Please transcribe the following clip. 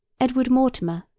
edward mortimer,